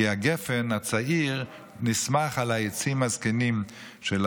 הגפן הצעיר נסמך על עצי הגפן הזקנים.